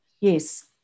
Yes